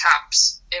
caps